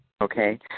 Okay